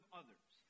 others